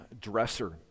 dresser